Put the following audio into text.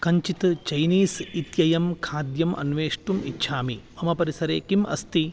कञ्चित् चैनीस् इत्ययं खाद्यम् अन्वेष्टुम् इच्छामि मम परिसरे किम् अस्ति